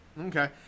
Okay